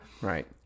Right